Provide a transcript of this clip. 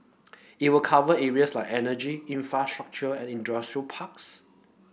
it will cover areas like energy infrastructure and industrial parks